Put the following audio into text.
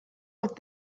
with